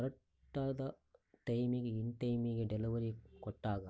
ಕರೆಕ್ಟಾದ ಟೈಮಿಗೆ ಇನ್ ಟೈಮಿಗೆ ಡೆಲಿವರಿ ಕೊಟ್ಟಾಗ